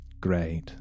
Great